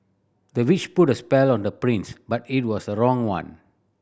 the witch put a spell on the prince but it was the wrong one